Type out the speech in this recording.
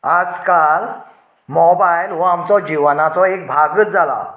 आज काल मोबायल हो आमचो जिवनाचो एक भागच जाला